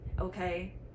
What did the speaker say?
okay